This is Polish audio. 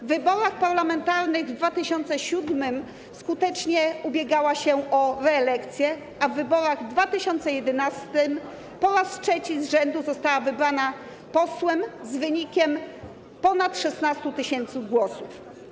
W wyborach parlamentarnych w 2007 r. skutecznie ubiegała się o reelekcję, a w wyborach 2011 r. po raz trzeci z rzędu została wybrana na posła z wynikiem ponad 16 tys. głosów.